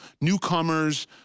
newcomers